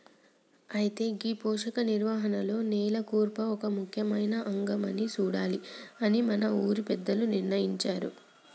అయితే గీ పోషక నిర్వహణలో నేల కూర్పు ఒక ముఖ్యమైన అంగం అని సూడాలి అని మన ఊరి పెద్దలు నిర్ణయించారు